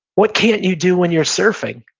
what can't you do when you're surfing?